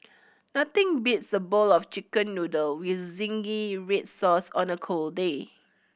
nothing beats a bowl of Chicken Noodle with zingy red sauce on a cold day